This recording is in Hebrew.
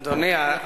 אדוני,